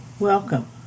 Welcome